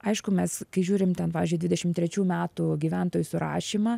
aišku mes kai žiūrim ten pavyzdžiui į dvidešim trečių metų gyventojų surašymą